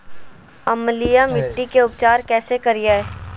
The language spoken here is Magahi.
अम्लीय मिट्टी के उपचार कैसे करियाय?